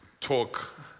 talk